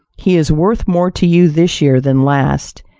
he is worth more to you this year than last,